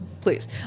please